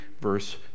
verse